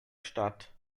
statt